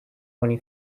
twenty